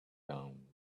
down